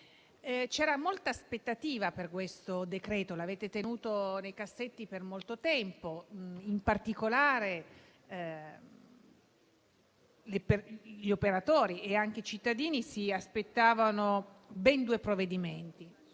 era molta aspettativa per questo decreto, che avete tenuto nel cassetto per molto tempo. In particolare, gli operatori e i cittadini aspettavano ben due provvedimenti: